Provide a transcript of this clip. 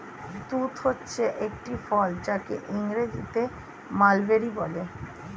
তুঁত হচ্ছে একটি ফল যাকে ইংরেজিতে মালবেরি বলে